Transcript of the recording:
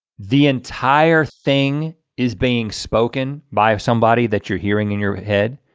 the entire thing is being spoken by somebody that you're hearing in your head?